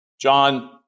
John